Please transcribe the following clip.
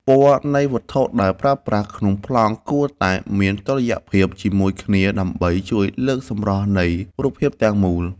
ពណ៌នៃវត្ថុដែលប្រើប្រាស់ក្នុងប្លង់គួរតែមានតុល្យភាពជាមួយគ្នាដើម្បីជួយលើកសម្រស់នៃរូបភាពទាំងមូល។